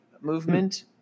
movement